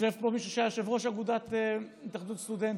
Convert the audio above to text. יושב פה מישהו שהיה יושב-ראש אגודת התאחדות הסטודנטים,